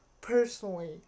personally